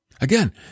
Again